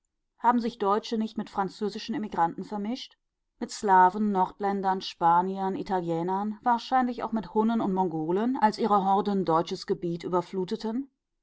haben sich deutsche nicht mit französischen emigranten vermischt mit slawen nordländern spaniern italienern wahrscheinlich auch mit hunnen und mongolen als ihre horden deutsches gebiet überfluteten